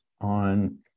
on